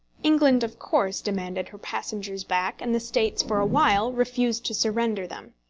england of course demanded her passengers back, and the states for a while refused to surrender them.